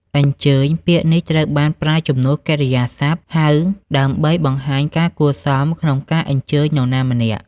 អញ្ជើញ ពាក្យនេះត្រូវបានប្រើជំនួសកិរិយាសព្ទ ហៅ ដើម្បីបង្ហាញការគួរសមក្នុងការអញ្ជើញនរណាម្នាក់។